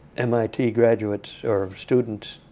mit graduates, or students,